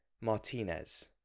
Martinez